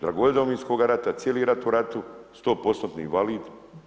Dragovoljac Domovinskog rata, cijeli rat u ratu, 100%-tni invalid.